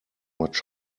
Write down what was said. much